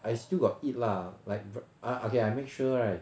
I still got eat lah like bre~ okay I make sure right